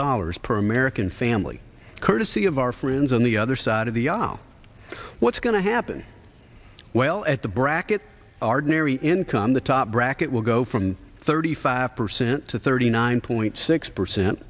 dollars per american family courtesy of our friends on the other side of the aisle what's going to happen well at the bracket are narry income the top bracket will go from thirty five percent to thirty nine point six percent